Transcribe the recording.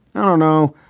i don't know,